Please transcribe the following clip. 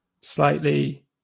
slightly